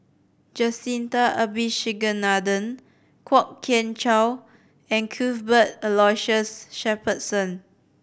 Jacintha Abisheganaden Kwok Kian Chow and Cuthbert Aloysius Shepherdson